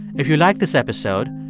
if you liked this episode,